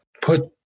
put